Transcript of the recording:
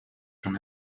from